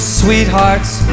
sweethearts